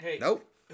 Nope